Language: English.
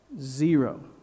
Zero